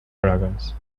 dragons